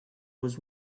was